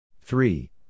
three